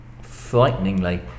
frighteningly